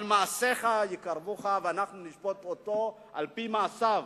אבל מעשיך יקרבוך, ואנחנו נשפוט אותו על-פי מעשיו.